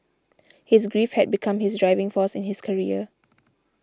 his grief had become his driving force in his career